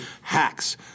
hacks